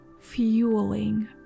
fueling